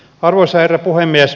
arvoisa herra puhemies